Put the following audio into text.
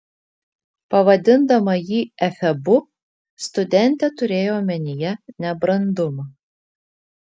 pavadindama jį efebu studentė turėjo omenyje nebrandumą